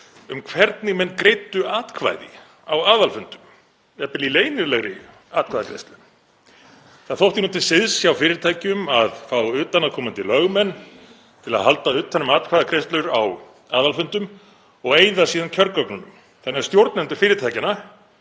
um hvernig menn greiddu atkvæði á aðalfundum, jafnvel í leynilegri atkvæðagreiðslu. Það þótti nú til siðs hjá fyrirtækjum að fá utanaðkomandi lögmenn til að halda utan um atkvæðagreiðslur á aðalfundum og eyða síðan kjörgögnunum þannig að stjórnendur fyrirtækjanna